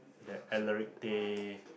that Alaric-Tay